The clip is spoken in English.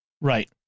Right